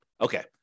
Okay